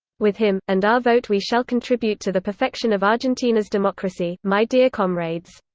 with him, and our vote we shall contribute to the perfection of argentina's democracy, my dear comrades.